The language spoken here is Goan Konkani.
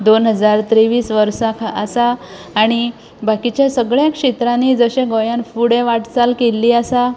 दोन हजार तेव्वीस वर्सां आसा आनी बाकिच्या सगळ्या क्षेत्रांनी जशें गोंयान फुडें वाटचाल केल्ली आसा